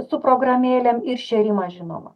su programėlėm ir šėrimas žinoma